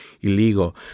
illegal